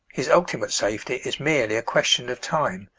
his ultimate safety is merely a question of time,